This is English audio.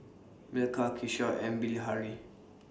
Milkha Kishore and Bilahari